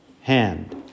hand